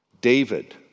David